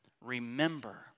Remember